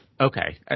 Okay